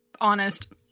honest